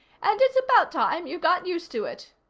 and it's about time you got used to it.